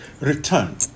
return